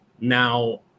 Now